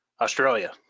Australia